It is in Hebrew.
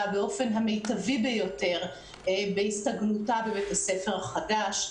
באופן המיטבי ביותר בהסתגלותה בבית הספר החדש.